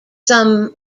some